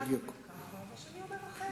אחד אומר כך והשני אומר אחרת.